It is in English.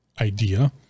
idea